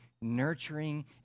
nurturing